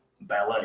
ballet